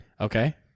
Okay